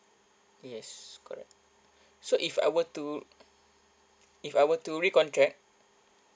yes correct so if I were to if I were to recontract